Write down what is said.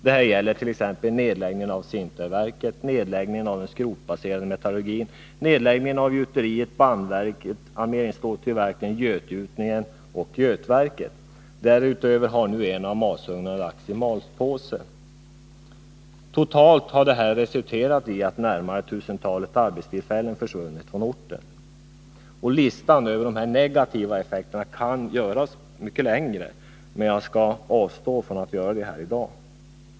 Det gäller t.ex. nedläggningen av sinterverket, nedläggningen av den skrotbaserade metallurgin, nedläggningen av gjuteriet, bandverket, armeringsstålstillverkningen, götgjutningen och götverket. Därutöver har nu en av masugnarna ”lagts i malpåse”. Totalt har detta resulterat i att närmare tusentalet arbetstillfällen försvunnit från orten. Listan över de negativa effekterna kan göras mycket längre, men jag skall avstå från att göra det här i dag.